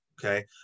okay